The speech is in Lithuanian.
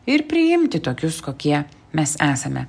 ir priimti tokius kokie mes esame